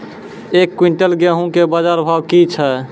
एक क्विंटल गेहूँ के बाजार भाव की छ?